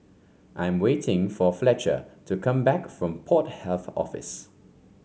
I am waiting for Fletcher to come back from Port Health Office